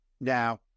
Now